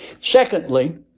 Secondly